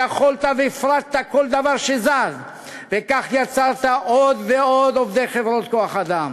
שיכולת והפרטת כל דבר שזז וכך יצרת עוד ועוד עובדי חברות כוח-אדם,